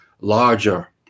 larger